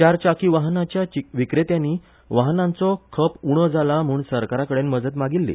चार चाकी वाहनाच्या विक्रेत्यांनी वाहनांचो खप उणो जाला म्हणून सरकारा कडेन मजत मागिल्ली